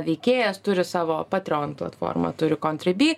veikėjas turi savo patreon platformą turi kontrebi